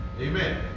amen